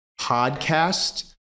podcast